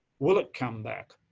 will it come back?